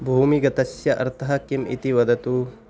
भूमिगतस्य अर्थः किम् इति वदतु